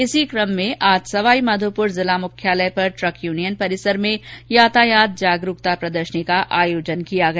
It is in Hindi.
इसी कम में आज सवाईमाधोपूर जिला मुख्यालय पर ट्रक यूनियन परिसर में यातायात जागरूकता प्रदर्शनी का आयोजन किया गया